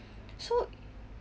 so